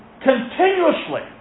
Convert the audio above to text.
continuously